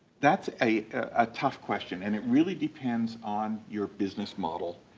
that's a ah tough question, and it really depends on your business model.